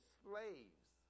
slaves